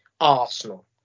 arsenal